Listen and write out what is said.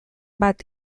bat